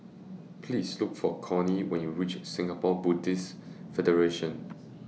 Please Look For Connie when YOU REACH Singapore Buddhist Federation